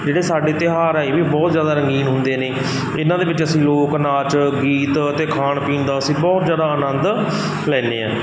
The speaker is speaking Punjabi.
ਜਿਹੜੇ ਸਾਡੇ ਤਿਉਹਾਰ ਆ ਇਹ ਵੀ ਬਹੁਤ ਜ਼ਿਆਦਾ ਰੰਗੀਨ ਹੁੰਦੇ ਨੇ ਇਹਨਾਂ ਦੇ ਵਿੱਚ ਅਸੀਂ ਲੋਕ ਨਾਚ ਗੀਤ ਅਤੇ ਖਾਣ ਪੀਣ ਦਾ ਅਸੀਂ ਬਹੁਤ ਜ਼ਿਆਦਾ ਆਨੰਦ ਲੈਂਦੇ ਹਾਂ